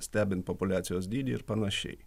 stebint populiacijos dydį ir panašiai